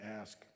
ask